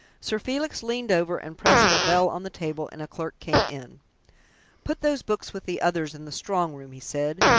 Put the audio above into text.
sir felix leaned over and pressed a bell on the table, and a clerk came in put those books with the others in the strong-room, he said,